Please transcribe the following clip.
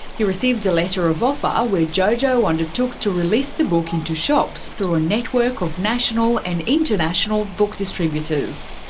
he received a letter of offer, ah where jojo undertook to release the book into shops through a network of national and international book distributors.